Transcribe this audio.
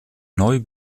neu